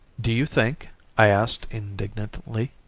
do you think i asked indignantly,